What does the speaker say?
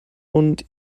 und